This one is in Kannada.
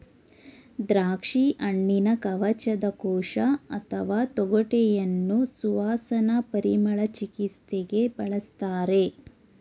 ದ್ರಾಕ್ಷಿಹಣ್ಣಿನ ಕವಚದ ಕೋಶ ಅಥವಾ ತೊಗಟೆಯನ್ನು ಸುವಾಸನಾ ಪರಿಮಳ ಚಿಕಿತ್ಸೆಗೆ ಬಳಸ್ತಾರೆ